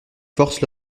forces